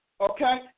okay